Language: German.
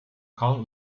karl